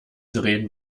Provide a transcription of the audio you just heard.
drehen